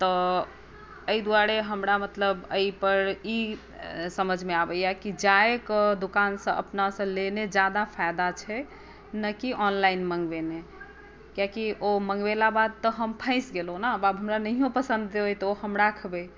तऽ एहि दुआरे हमरा मतलब एहि पर ई समझमे आबैया कि जायके दुकानसँ अपनासँ लेने जादा फायदा छै नहि कि ऑनलाइन मंगबेनै किआकि ओ मंगबेला बाद तऽ हम फसि गेलहुँ ने आब हमरा नहिओ पसन्द यऽ तऽ ओ हम रखबै